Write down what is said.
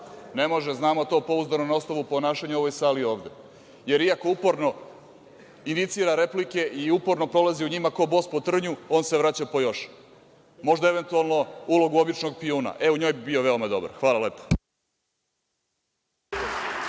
Ne može, znamo to pouzdano na osnovu ponašanja u ovoj sali ovde. Jer, iako uporno inicira replike i uporno polazi u njima ko bos po trnju, on se vraća po još. Možda, eventualno, ulogu običnog piJuna, e u njoj bi bio veoma dobar. Hvala lepo.